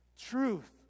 Truth